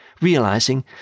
realizing